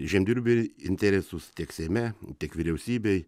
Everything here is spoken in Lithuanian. žemdirbiai interesus tiek seime tiek vyriausybėj